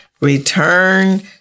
return